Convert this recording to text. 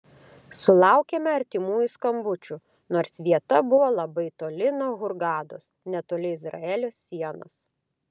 sulaukėme artimųjų skambučių nors vieta buvo labai toli nuo hurgados netoli izraelio sienos